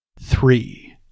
Three